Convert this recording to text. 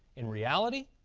in reality,